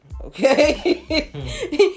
okay